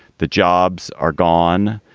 the jobs are gone.